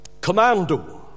Commando